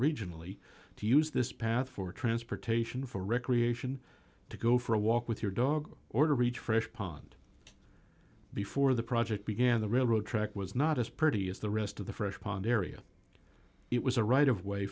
regionally to use this path for transportation for recreation to go for a walk with your dog or to reach fresh pond before the project began the railroad track was not as pretty as the rest of the fresh pond area it was a right of way